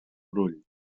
brull